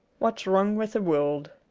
what's wrong with the world